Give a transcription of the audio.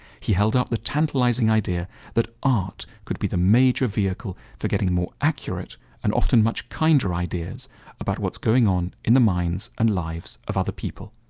he held up the tantalising idea that art could be the major vehicle for getting more accurate and often much kinder ideas about what is going on in the minds and lives of other people.